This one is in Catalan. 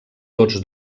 tots